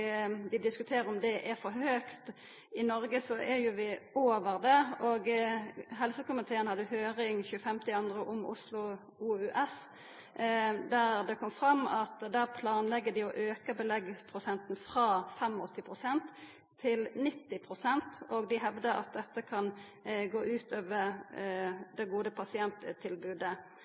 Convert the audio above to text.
diskuterer om det er for høgt. I Noreg er vi jo over det. Helsekomiteen hadde 25. februar 2014 høyring om Oslo universitetssjukehus, OUS, der det kom fram at dei der planlegg å auka beleggsprosenten frå 85 pst. til 90 pst. Dei hevdar at dette kan gå ut over det gode pasienttilbodet.